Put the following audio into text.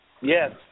Yes